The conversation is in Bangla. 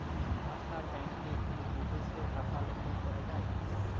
আপনার ব্যাংকে কী বিদেশিও টাকা লেনদেন করা যায়?